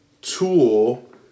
tool